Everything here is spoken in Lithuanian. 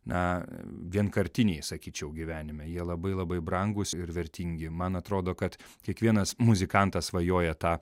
na vienkartiniai sakyčiau gyvenime jie labai labai brangūs ir vertingi man atrodo kad kiekvienas muzikantas svajoja tą